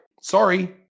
Sorry